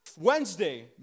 Wednesday